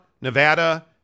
Nevada